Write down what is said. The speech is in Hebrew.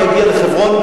אני אגיע לחברון,